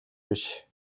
биш